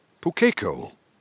Pukeko